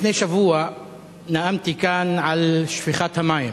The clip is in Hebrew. לפני שבוע נאמתי כאן על שפיכת המים.